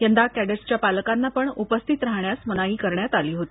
यन्दा cadets च्या पालकांना पण उपस्थित राहण्यास मनाई करण्यात आली होती